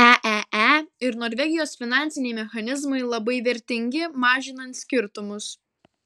eee ir norvegijos finansiniai mechanizmai labai vertingi mažinant skirtumus